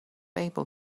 able